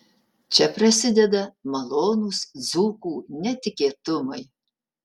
čia prasideda malonūs dzūkų netikėtumai